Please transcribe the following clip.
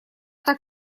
так